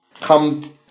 come